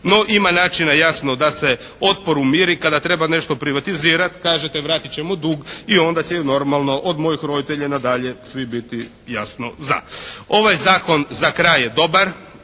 No ima načina jasno da se otpor umiri kada treba nešto privatizirati kažete vratiti ćemo dug i onda će normalno od mojih roditelja na dalje svi biti jasno za. Ovaj zakon za kraj je dobar.